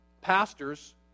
pastors